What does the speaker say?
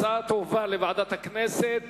והיא תובא לוועדת הכנסת